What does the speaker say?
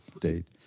date